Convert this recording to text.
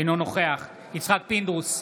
אינו נוכח יצחק פינדרוס,